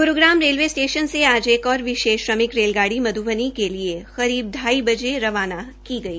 Gurugram railway station से आज एक और विशेष रेलगाड़ी मध्बनी के लिए करीब ाई बजे रवाना की गई